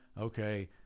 Okay